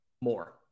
More